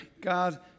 God